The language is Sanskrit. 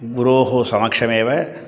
गुरोः समक्षमेव